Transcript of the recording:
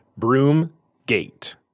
Broomgate